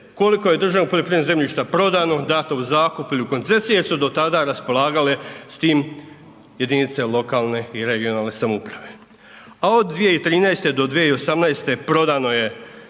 koliko je državnog poljoprivrednog zemljišta prodano, dato u zakup ili u koncesije jer su do tada raspolagale s tim jedinice lokalne i regionalne samouprave, a od 2013. do 2018. prodano je putem